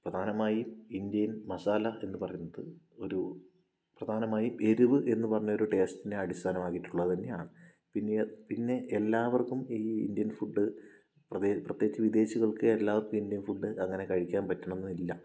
പ്രധാനമായും ഇന്ത്യയിൽ മസാലയെന്നു പറയുന്നത് ഒരു പ്രധാനമായും എരിവ് എന്ന് പറഞ്ഞൊരു ടേസ്റ്റിനെ അടിസ്ഥാനമാക്കിയിട്ടുള്ളത് തന്നെയാണ് പിന്നെ പിന്നെ എല്ലാവർക്കും ഈ ഇന്ത്യൻ ഫുഡ് പ്രത്യേകിച്ച് വിദേശികൾക്കെല്ലാവർക്കും ഇന്ത്യൻ ഫുഡ് അങ്ങനെ കഴിക്കാൻ പറ്റണമെന്നില്ല